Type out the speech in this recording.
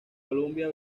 columbia